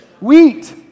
Wheat